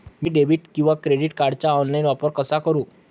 मी debit किंवा credit कार्डचा online वापर कसा करु?